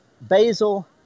basil